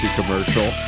commercial